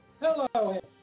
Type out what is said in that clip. Hello